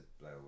blow